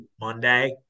Monday